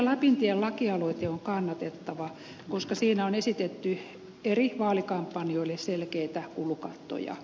lapintien lakialoite on kannatettava koska siinä on esitetty eri vaalikampanjoille selkeitä kulukattoja